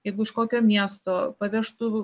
jeigu iš kokio miesto pavežtų